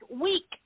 week